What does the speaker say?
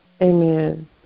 Amen